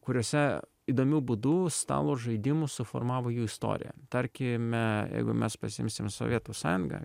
kuriose įdomiu būdu stalo žaidimus suformavo jų istorija tarkime jeigu mes pasiimsim sovietų sąjungą